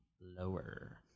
lower